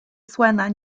suena